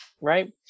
right